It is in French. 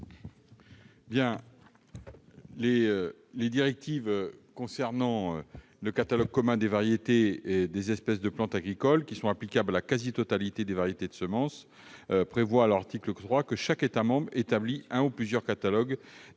Les directives concernant le catalogue commun des variétés des espèces de plantes agricoles, applicable à la quasi-totalité des variétés de semences, prévoient, à leur article 3, que « chaque État membre établit un ou plusieurs catalogues